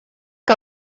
que